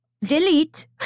delete